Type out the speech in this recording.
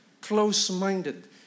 close-minded